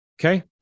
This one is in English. Okay